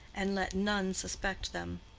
and let none suspect them.